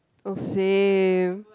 oh same